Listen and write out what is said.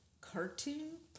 cartoon